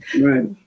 right